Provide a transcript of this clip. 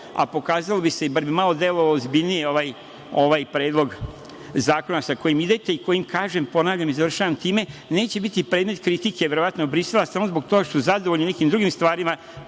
a pokazalo bi se ili bi bar malo delovalo ozbiljnije, ovaj predlog zakona sa kojim idete, kojim ponavljam i time završavam, time neće biti predmet kritike od Brisela samo zbog toga što su zadovoljni nekim drugim stvarima